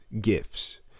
gifts